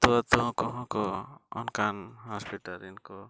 ᱟᱹᱛᱳᱼᱟᱹᱛᱳ ᱠᱚᱦᱚᱸ ᱠᱚ ᱚᱱᱠᱟᱱ ᱨᱮᱱ ᱠᱚ